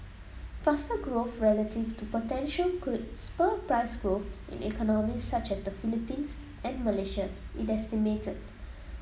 faster growth relative to potential could spur price growth in economies such as the Philippines and Malaysia it estimated